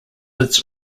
its